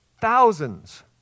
thousands